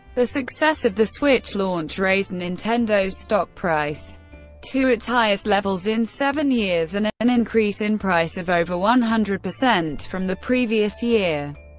the success of the switch's launch raised nintendo's stock price to its highest levels in seven years, and an increase in price of over one hundred percent from the previous year.